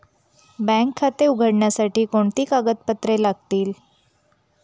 Bank खाते उघडण्यासाठी कोणती कागदपत्रे लागतील?